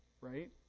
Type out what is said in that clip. right